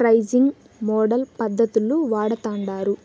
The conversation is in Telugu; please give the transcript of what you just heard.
ప్రైసింగ్ మోడల్ పద్దతులు వాడతాండారు